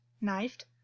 knifed